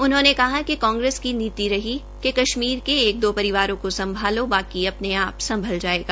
उन्होंने कहा कि कांग्रेस की नीति रही कि कश्मीर के एक दो परिवारों को संभालों बाकी अपने आप संभल जायेगा